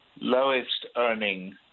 lowest-earning